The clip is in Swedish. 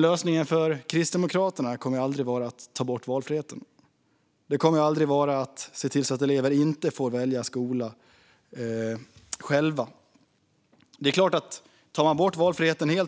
Lösningen för Kristdemokraterna kommer aldrig att vara att ta bort valfriheten och möjligheten för elever att själva välja skola. Visserligen